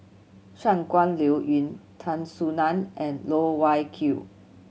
Shangguan Liuyun Tan Soo Nan and Loh Wai Kiew